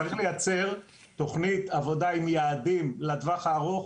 צריך לייצר תוכנית עבודה עם יעדים לטווח הארוך,